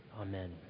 Amen